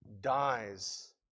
dies